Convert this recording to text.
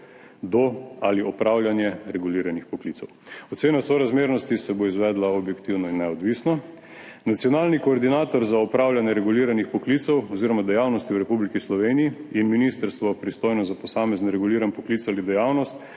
do ali opravljanje reguliranih poklicev. Ocena sorazmernosti se bo izvedla objektivno in neodvisno. Nacionalni koordinator za opravljanje reguliranih poklicev oziroma dejavnosti v Republiki Sloveniji in ministrstvo, pristojno za posamezen reguliran poklic ali dejavnost,